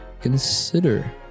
consider